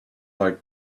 like